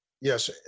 Yes